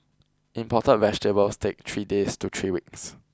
imported vegetables take three days to three weeks